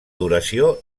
duració